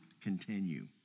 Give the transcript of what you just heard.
continue